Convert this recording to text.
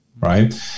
right